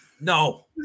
No